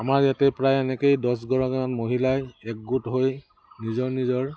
আমাৰ ইয়াতে প্ৰায় এনেকেই দহগৰাকীমান মহিলাই একগোট হৈ নিজৰ নিজৰ